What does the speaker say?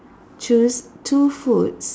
choose two foods